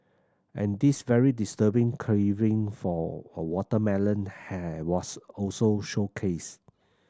and this very disturbing carving for a watermelon has was also showcased